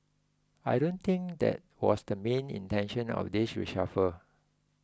I don't think that was the main intention of this reshuffle